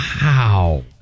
Wow